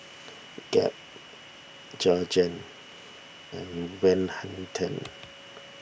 Gap Jergens and Van Houten